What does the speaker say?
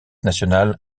national